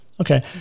Okay